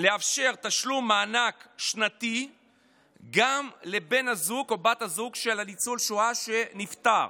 לאפשר תשלום מענק שנתי גם לבן הזוג או לבת הזוג של ניצול השואה שנפטר.